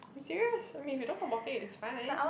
serious I mean if you don't talk about it it's fine